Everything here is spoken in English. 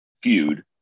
feud